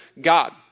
God